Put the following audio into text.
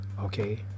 okay